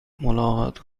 ملاقات